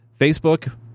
Facebook